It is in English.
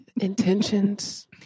intentions